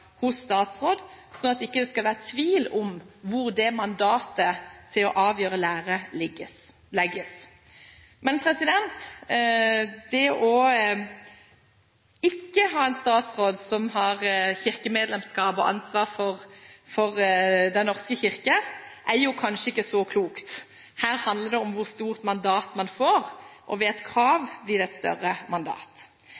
statsråd, slik at det ikke skal være tvil om hvor mandatet til å avgjøre lære, legges. Men det at en statsråd har kirkemedlemskap og ansvar for Den norske kirke, er kanskje ikke så klokt. Her handler det om hvor stort mandat man får, og ved et